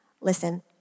Listen